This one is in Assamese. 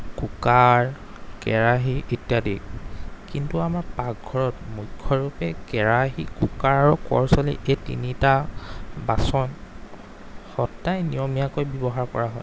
কুকাৰ কেৰাহি ইত্যাদি কিন্তু আমাৰ পাকঘৰত মুখ্যৰূপে কেৰাহি কুকাৰ আৰু কৰচলি এই তিনিটা বাচন সদায় নিয়মিয়াকৈ ব্যৱহাৰ কৰা হয়